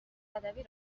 ادبی